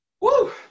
Woo